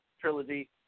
Trilogy